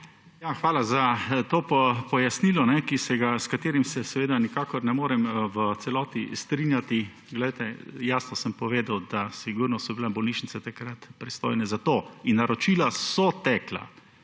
Hvala za to pojasnilo, s katerim se seveda nikakor ne morem v celoti strinjati. Jasno sem povedal, da so sigurno bile bolnišnice takrat pristojne za to in naročila so tekla.